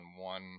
one